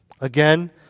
Again